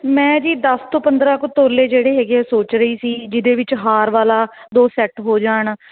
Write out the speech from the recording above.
ਮੈਂ ਜੀ ਦਸ ਤੋਂ ਪੰਦਰਾਂ ਕੁ ਤੋਲੇ ਜਿਹੜੇ ਹੈਗੇ ਸੋਚ ਰਹੀ ਸੀ ਜਿਹਦੇ ਵਿੱਚ ਹਾਰ ਵਾਲਾ ਦੋ ਸੈਟ ਹੋ ਜਾਣ